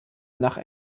nach